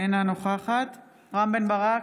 אינה נוכחת רם בן ברק,